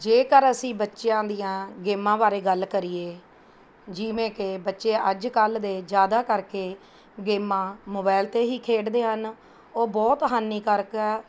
ਜੇਕਰ ਅਸੀਂ ਬੱਚਿਆਂ ਦੀਆਂ ਗੇਮਾਂ ਬਾਰੇ ਗੱਲ ਕਰੀਏ ਜਿਵੇਂ ਕਿ ਬੱਚੇ ਅੱਜ ਕੱਲ੍ਹ ਦੇ ਜ਼ਿਆਦਾ ਕਰਕੇ ਗੇਮਾਂ ਮੋਬਾਇਲ 'ਤੇ ਹੀ ਖੇਡਦੇ ਹਨ ਉਹ ਬਹੁਤ ਹਾਨੀਕਾਰਕ ਆ